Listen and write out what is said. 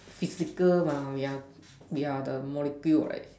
physical mah we are we are the molecule right